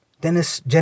Dennis